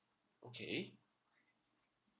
okay